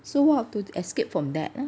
so what to escape from that ah